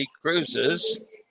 Cruises